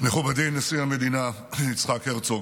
מכובדי נשיא המדינה יצחק הרצוג,